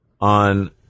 on